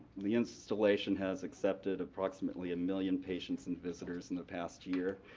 the installation has accepted approximately a million patients and visitors in the past year,